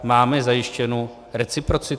Máme zajištěnu reciprocitu?